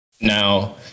Now